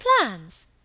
plans